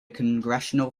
congressional